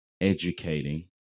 educating